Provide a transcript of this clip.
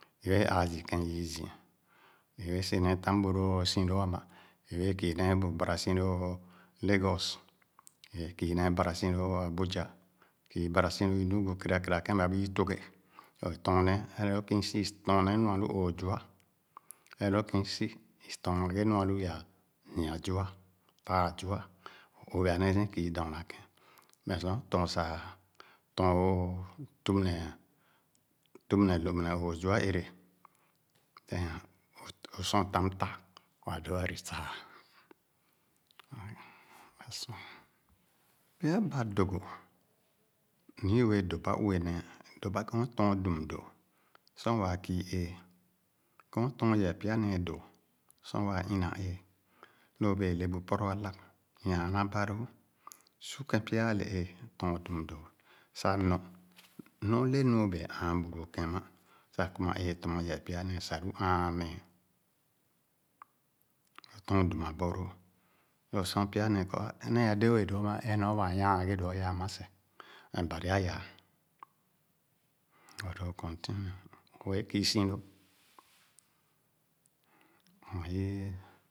I yee aa zii ke͂n yii zii. Iye͂e͂ si neh tam bu lo͂o͂ si lo͂o͂ ama; iye͂e͂ kii nee bu ba͂ra͂ si lo͂o͂ Lagos; i ye͂e͂ bara͂ si lo͂o͂ Abuja kii nee bara͂ si lo͂o͂ Enugu, kèra kèra ke͂n ba͂ ha'́e tuǵe sah i tɔ͂ɔ͂n nee. Ere lo͂o͂ ke͂n i'si tɔɔn nee nu a'lu o͂o͂h zua. Ere lo͂o͂ ke͂n i'si i tɔɔn nee nu a'lu yaa nyi-a zua, taa zua, o'obea nee si kii dɔɔna ke͂n, mmeh sor o'tɔɔn sah, tɔɔn c͂ tup ne a͂, tiip ne to͂p ne o'oo zua ere͂h. Then, enh, lo͂ sor o'tam tah, ba do͂o͂ a͂ retire E. Pya bág-dog̀o nɔ i we͂e͂ do͂ba uwe neh; i do͂ba ke͂n o͂'tɔɔn dum do͂ sor waa kii e͂e͂, ke͂n o tɔɔn yɛɛ pya ne͂e͂ do͂ sor waa ina e͂e͂. Lo͂ o'we͂e͂ le bu pɔrɔ ala͂p, nyana ba lo͂o͂, su ke͂n pya a͂ le ́ée tɔɔn dum do͂ sah nɔ. Nɔ lenu o'be͂e͂ a͂a͂n bu lo͂ ke͂n am̀a sah kuma ́ée tɔma yɛɛ pya ne͂e͂ sah lu a͂a͂n ne͂e͂. O'tɔɔn dum abɔlo͂o͂, so lo͂ pya ne͂e͂ kɔ nee o'lo͂ we͂e͂ do͂'ma e͂e͂ wa͂a͂ nyaan ghe do͂o͂ am̀a seh, meh Bari a͂'yaa. O'do͂o͂ continue we͂e͂ kiisi loo ne we͂e͂